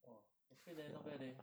!wah! okay leh not bad leh